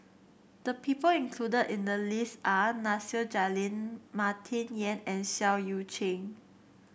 the people included in the list are Nasir Jalil Martin Yan and Seah Eu Chin